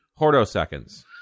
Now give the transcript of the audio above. hortoseconds